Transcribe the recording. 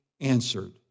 answered